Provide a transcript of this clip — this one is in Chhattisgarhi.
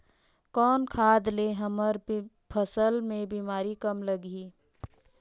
कौन खाद ले हमर फसल मे बीमारी कम लगही?